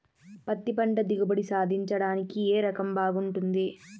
పత్తి పంట దిగుబడి సాధించడానికి ఏ రకం బాగుంటుంది?